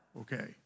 okay